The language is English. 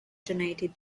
donated